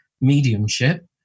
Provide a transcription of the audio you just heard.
mediumship